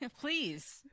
please